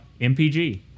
MPG